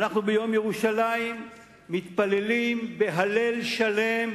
ואנחנו ביום ירושלים מתפללים הלל שלם,